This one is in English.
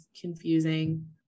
confusing